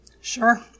Sure